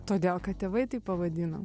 todėl kad tėvai taip pavadino